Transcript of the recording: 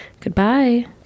Goodbye